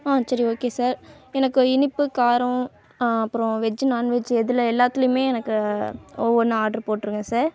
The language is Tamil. ஆ சரி ஓகே சார் எனக்கு இனிப்பு காரம் அப்புறம் வெஜ் நான்வெஜ் இதில் எல்லாத்திலும் எனக்கு ஒவ்வொன்று ஆர்ட்ரு போட்டுருங்க சார்